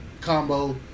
combo